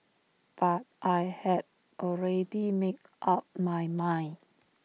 but I had already made up my mind